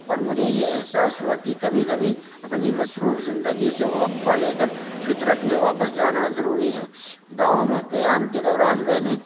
اور مجھے یہ احساس ہوا کہ کبھی کبھی اپنی مصروف زندگی سے وقفہ لے کر فطرت میں واپس جانا ضروری ہے گاؤں میں قیام کے دوران میں نے